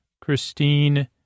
Christine